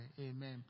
Amen